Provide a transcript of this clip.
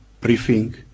briefing